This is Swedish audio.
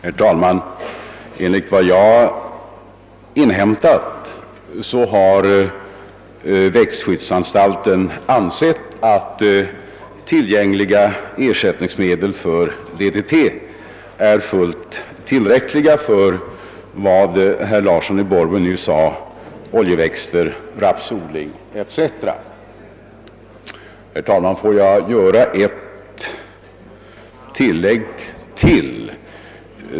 Herr talman! Enligt vad jag inhämtat anser växtskyddsanstalten att tillgängliga medel för ersättning av DDT är fullt tillräckliga för oljeväxtodlingen. Herr talman! Får jag göra ett tillägg.